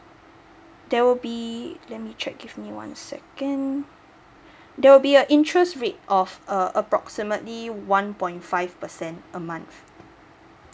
there will be let me check give me one second there will be a interest rate of uh approximately one point five percent a month